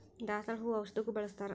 ದಾಸಾಳ ಹೂ ಔಷಧಗು ಬಳ್ಸತಾರ